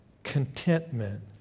contentment